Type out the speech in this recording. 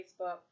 Facebook